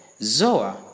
ZOA